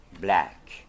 black